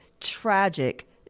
tragic